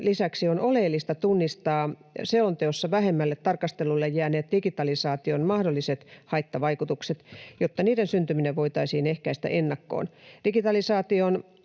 lisäksi on oleellista tunnistaa selonteossa vähemmälle tarkastelulle jääneet digitalisaation mahdolliset haittavaikutukset, jotta niiden syntyminen voitaisiin ehkäistä ennakkoon.